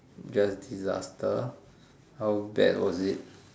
just disaster how bad was it